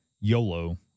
YOLO